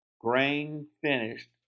grain-finished